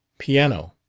piano,